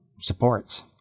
supports